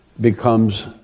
becomes